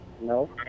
No